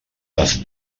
les